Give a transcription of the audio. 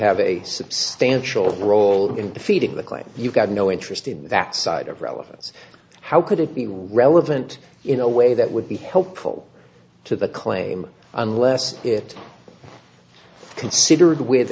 have a substantial role in defeating the claim you've got no interest in that side of relevance how could it be relevant in a way that would be helpful to the claim unless it considered with